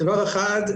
דבר אחד,